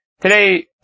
Today